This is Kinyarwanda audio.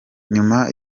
nyuma